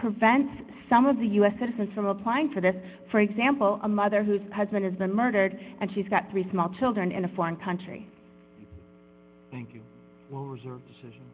prevents some of the u s citizens from applying for this for example a mother whose husband has been murdered and she's got three small children in a foreign country